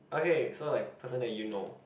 okay so like person that you know